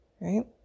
Right